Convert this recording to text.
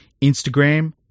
Instagram